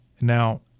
Now